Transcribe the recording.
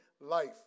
life